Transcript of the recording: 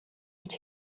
гэж